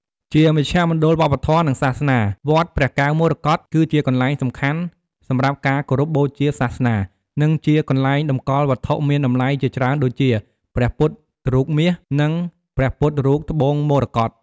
ជាមជ្ឈមណ្ឌលវប្បធម៌ និងសាសនា វត្តព្រះកែវមរកតគឺជាកន្លែងសំខាន់សម្រាប់ការគោរពបូជាសាសនា និងជាកន្លែងតម្កល់វត្ថុមានតម្លៃជាច្រើនដូចជា ព្រះពុទ្ធរូបមាស និងព្រះពុទ្ធរូបត្បូងមរកត។